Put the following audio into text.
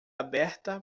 aberta